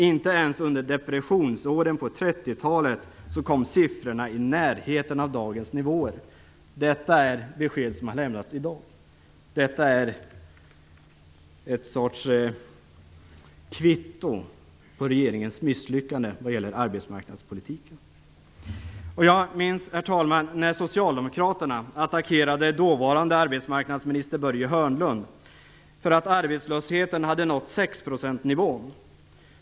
Inte ens under depressionsåren på 30-talet kom siffrorna i närheten av dagens nivåer. Detta är besked som har lämnats i dag. Detta är ett slags kvitto på regeringens misslyckande vad gäller arbetsmarknadspolitiken. Jag minns, herr talman, när socialdemokraterna attackerade dåvarande arbetsmarknadsministern Börje procentsnivån.